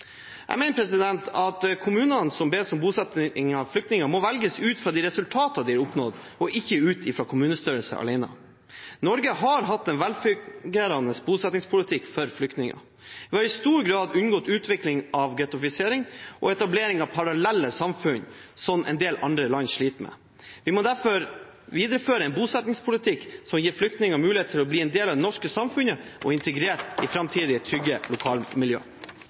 Jeg mener at kommunene som bes om bosetting av flyktninger, må velges ut fra de resultater de har oppnådd, og ikke ut fra kommunestørrelse alene. Norge har hatt en velfungerende bosettingspolitikk for flyktninger. Vi har i stor grad unngått en utvikling med gettofisering og etablering av parallelle samfunn, som en del andre land sliter med. Vi må derfor videreføre en bosettingspolitikk som gir flyktningene mulighet til å bli en del av det norske samfunnet, og integrert i framtidige trygge